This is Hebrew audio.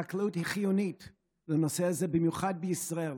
החקלאות היא חיונית בנושא הזה, במיוחד בישראל,